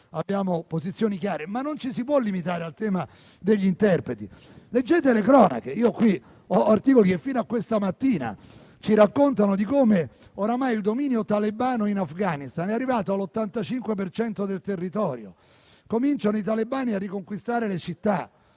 abbiamo posizioni chiare, ma non ci si può limitare al tema degli interpreti. Leggete le cronache: ho qui articoli che fino a questa mattina ci raccontano di come oramai il dominio talebano in Afghanistan sia arrivato all'85 per cento del territorio; i talebani cominciano a riconquistare le città,